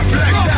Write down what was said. Black